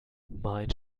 mein